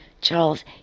Charles